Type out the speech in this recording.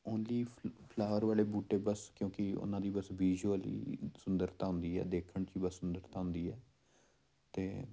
ਉਂਜ ਈ ਫੁ ਫਲਾਵਰ ਵਾਲੇ ਬੂਟੇ ਬਸ ਕਿਉਂਕਿ ਉਹਨਾਂ ਦੀ ਬਸ ਵਿਜ਼ੂਅਲੀ ਇਕ ਸੁੰਦਰਤਾ ਹੁੰਦੀ ਹੈ ਦੇਖਣ 'ਚ ਹੀ ਬਸ ਸੁੰਦਰਤਾ ਹੁੰਦੀ ਹੈ ਅਤੇ